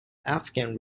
afghan